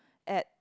at